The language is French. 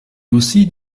aussi